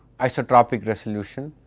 isotropic resolution,